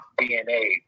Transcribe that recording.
DNA